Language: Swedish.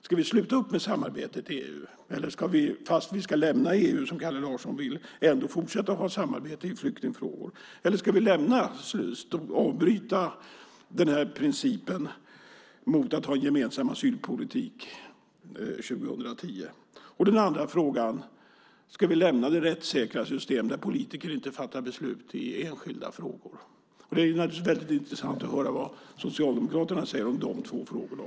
Ska vi sluta med samarbetet, eller ska vi - fast vi ska lämna EU, som Kalle Larsson vill - ändå fortsätta att ha ett samarbete i flyktingfrågor? Ska vi avbryta strävandena för att ha en gemensam asylpolitik 2010? Ska vi lämna det rättssäkra system där politiker inte fattar beslut i enskilda frågor? Det vore naturligtvis väldigt intressant att höra vad Socialdemokraterna säger om dessa två frågor.